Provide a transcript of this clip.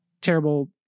terrible